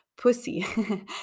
Pussy